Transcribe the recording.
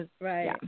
Right